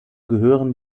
gehören